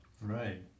right